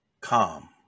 Calm